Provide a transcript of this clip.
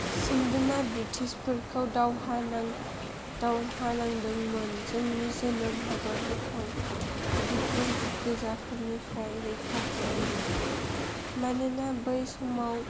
सोमदोना ब्रिटिसफोरखौ दावहा नांदोंमोन जोंनि जोनोम हादरखौ बिगुर गोजाफोरनिफ्राय रैखा खालामनो मानोना बै समाव